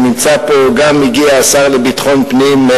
וגם הגיע השר לביטחון פנים,